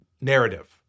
narrative